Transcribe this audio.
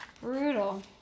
Brutal